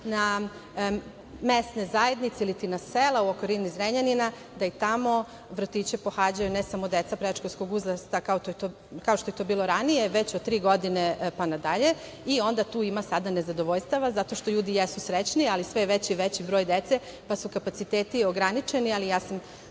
na mesne zajednice iliti na sela u okolini Zrenjanina da i tamo vrtiće pohađaju ne samo deca predškolskog uzrasta, kao što je to bilo ranije, već od tri godine pa nadalje. Tu sada ima nezadovoljstava zato što ljudi jesu srećni, ali sve je veći i veći broj dece, pa su kapaciteti ograničeni. Ja sam